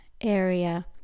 area